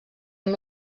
amb